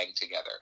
together